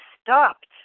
stopped